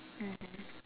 mmhmm